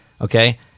okay